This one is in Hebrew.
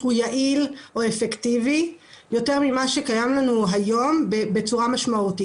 הוא יעיל או אפקטיבי יותר ממה שיש היום בצורה משמעותית.